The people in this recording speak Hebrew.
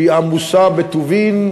שהיא עמוסה בטובין,